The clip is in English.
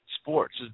sports